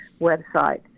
website